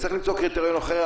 צריך למצוא קריטריון אחר.